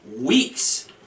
weeks